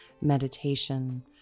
meditation